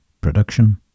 production